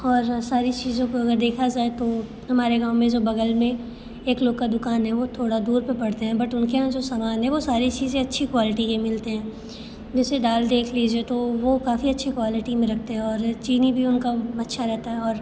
और सारी चीज़ों को अगर देखा जाए तो हमारे गाँव में जो बगल में एक लोग का दुकान है वो थोड़ा दूर पर पड़ते हैं बट उनके यहाँ जो सामान है वो सारी चीज़ें अच्छी क्वालिटी के मिलते हैं जैसे दाल देख लीजिए तो वो काफ़ी अच्छी क्वालिटी में रखते है और चीनी भी उनका अच्छा रहता है और